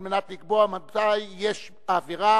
על מנת לקבוע מתי יש עבירה